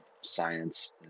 science